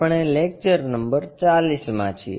આપણે lecture number 40 માં છીએ